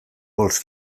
vols